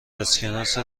اسکناس